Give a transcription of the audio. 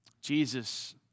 Jesus